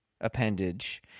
appendage